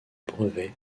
brevet